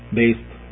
based